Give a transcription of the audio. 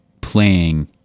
playing